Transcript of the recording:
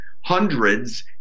hundreds